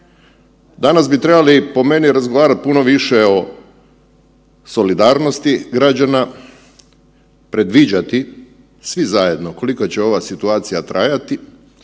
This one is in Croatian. Danas bi trebali po meni razgovarat puno više o solidarnosti građana, predviđati svi zajedno koliko će ova situacija trajati,